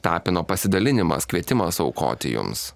tapino pasidalinimas kvietimas aukoti jums